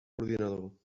ordinador